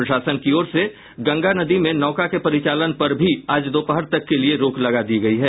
प्रशासन की ओर से गंगा नदी में नौका के परिचालन पर भी आज दोपहर तक के लिए रोक लगा दी गयी है